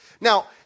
Now